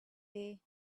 day